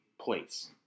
place